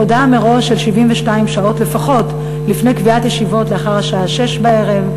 הודעה מראש של 72 שעות לפחות לפני קביעת ישיבות לאחר השעה 18:00,